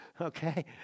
okay